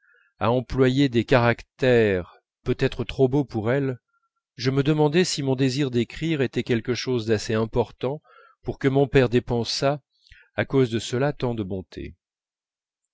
à employer des caractères peut-être trop beaux pour elles je me demandais si mon désir d'écrire était quelque chose d'assez important pour que mon père dépensât à cause de cela tant de bonté